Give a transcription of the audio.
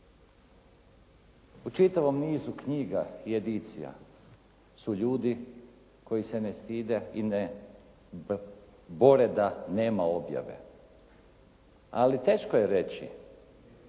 U čitavom nizu knjiga i edicija su ljudi koji se ne stide i ne bore da nema objave. Ali teško je reći